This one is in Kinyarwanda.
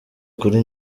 kuri